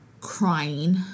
crying